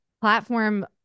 platform